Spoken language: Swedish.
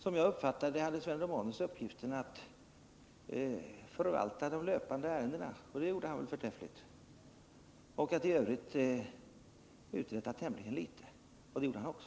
Som jag uppfattar det hade Sven Romanus uppgiften att förvalta de löpande ärendena, och det gjorde han väl förträffligt, samt att i övrigt uträtta tämligen litet, och det gjorde han också.